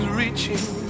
reaching